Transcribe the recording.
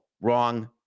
wrong